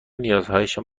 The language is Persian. نیازهایشان